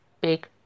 big